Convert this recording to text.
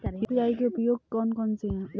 UPI के उपयोग कौन कौन से हैं?